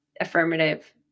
affirmative